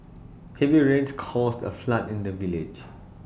heavy rains caused A flood in the village